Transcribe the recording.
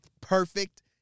perfect